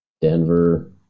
Denver